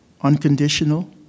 unconditional